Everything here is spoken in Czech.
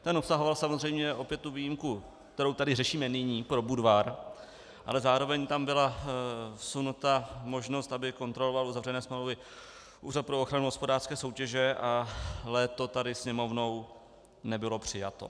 Ten obsahoval samozřejmě opět tu výjimku, kterou tady řešíme nyní pro Budvar, ale zároveň tam byla vsunuta možnost, aby kontroloval uzavřené smlouvy Úřad pro ochranu hospodářské soutěže, ale to tady Sněmovnou nebylo přijato.